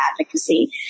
advocacy